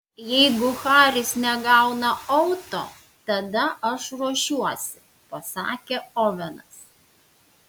jeigu haris negauna auto tada aš ruošiuosi pasakė ovenas